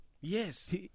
Yes